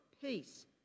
peace